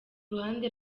ruhande